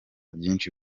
byinshi